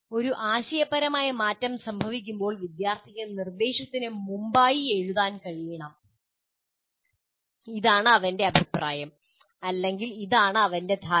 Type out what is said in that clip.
ഒരു ആശയപരമായ മാറ്റം സംഭവിക്കുമ്പോൾ വിദ്യാർത്ഥിക്ക് നിർദ്ദേശത്തിന് മുമ്പായി എഴുതാൻ കഴിയണം ഇതാണ് അവന്റെ അഭിപ്രായം അല്ലെങ്കിൽ ഇതാണ് അവന്റെ ധാരണ